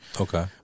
Okay